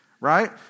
right